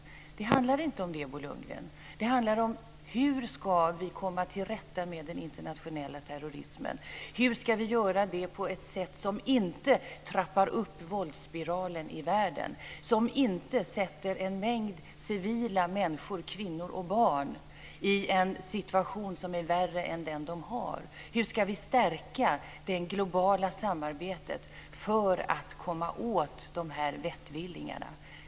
Det handlar inte om det, Bo Lundgren. Det handlar om hur vi ska komma till rätta med den internationella terrorismen, hur vi ska göra det på ett sätt som inte trappar upp våldsspiralen i världen och försätter en mängd civila människor, kvinnor och barn, i en situation som är värre än den de har och om hur vi ska stärka det globala samarbetet för att komma åt de här vettvillingarna.